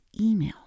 email